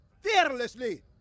fearlessly